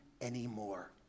anymore